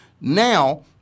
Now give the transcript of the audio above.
Now